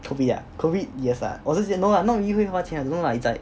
COVID ah COVID yes ah 我是觉得 no ah not really 会花钱 I don't know lah it's like